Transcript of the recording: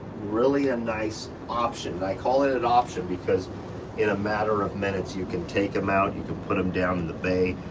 really a nice option i call it an option because in a matter of minutes, you can take them out, you can put them down in the bay.